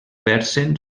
versen